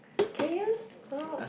can you stop